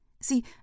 See